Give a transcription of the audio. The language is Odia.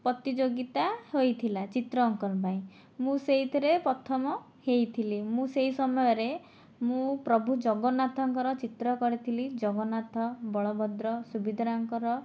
ପ୍ରତିଯୋଗିତା ହୋଇଥିଲା ଚିତ୍ର ଅଙ୍କନ ପାଇଁ ମୁଁ ସେଇଥିରେ ପ୍ରଥମ ହୋଇଥିଲି ମୁଁ ସେଇ ସମୟରେ ମୁଁ ପ୍ରଭୁ ଜଗନ୍ନାଥଙ୍କର ଚିତ୍ର କରିଥିଲି ଜଗନ୍ନାଥ ବଳଭଦ୍ର ସୁଭଦ୍ରାଙ୍କର